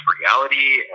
reality